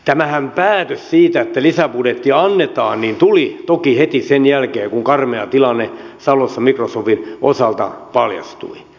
tämä päätöshän siitä että lisäbudjetti annetaan tuli toki heti sen jälkeen kun karmea tilanne salossa microsoftin osalta paljastui